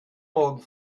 morgen